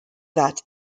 that